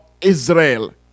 Israel